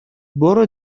برو